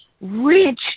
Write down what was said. rich